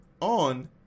on